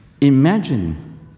Imagine